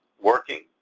working,